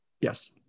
Yes